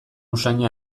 usaina